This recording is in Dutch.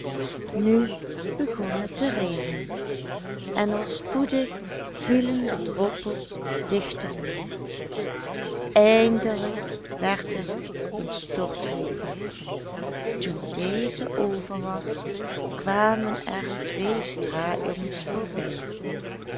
nu begon het te regenen al spoedig vielen de droppels dichter neer eindelijk werd het een stortregen toen deze over was kwamen er twee straatjongens voorbij